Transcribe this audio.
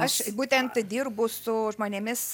aš būtent dirbu su žmonėmis